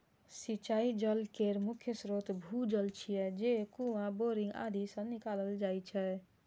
सिंचाइ जल केर मुख्य स्रोत भूजल छियै, जे कुआं, बोरिंग आदि सं निकालल जाइ छै